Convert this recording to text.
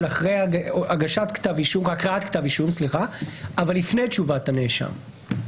הקראת כתב אישום אבל לפני תשובת הנאשם.